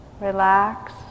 relax